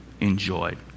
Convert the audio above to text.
enjoyed